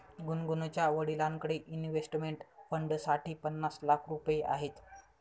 गुनगुनच्या वडिलांकडे इन्व्हेस्टमेंट फंडसाठी पन्नास लाख रुपये आहेत